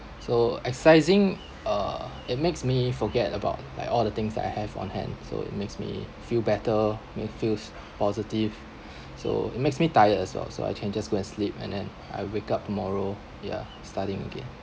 so exercising uh it makes me forget about like all the things that I have on hand so it makes me feel better make feels positive so it makes me tired as well so I can just go and sleep and then I wake up tomorrow yeah studying again